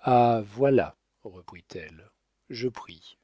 ah voilà reprit-elle je prie